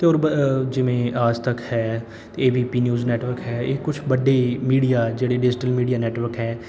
ਅਤੇ ਔਰ ਬ ਜਿਵੇਂ ਆਜ ਤੱਕ ਹੈ ਅਤੇ A B P news network ਹੈ ਇਹ ਕੁਛ ਵੱਡੀ ਮੀਡੀਆ ਜਿਹੜੇ ਡਿਜ਼ਟਲ ਮੀਡੀਆ ਨੈਟਵਰਕ ਹੈ